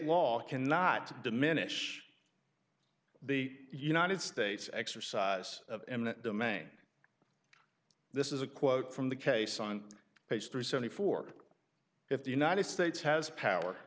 law cannot diminish the united states exercise of eminent domain this is a quote from the case on page three seventy four if the united states has power